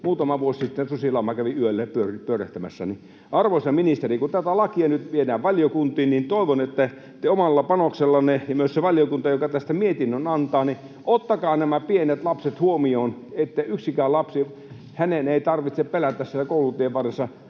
muutama vuosi sitten susilauma kävi yöllä pyörähtämässä. Arvoisa ministeri, kun tätä lakia nyt viedään valiokuntiin, niin toivon, että te omalla panoksellanne, ja myös se valiokunta, joka tästä mietinnön antaa, otatte nämä pienet lapset huomioon, niin että yhdenkään lapsen ei tarvitse pelätä siellä koulutien varressa.